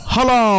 Hello